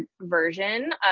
version